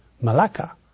Malacca